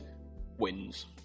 wins